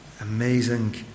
amazing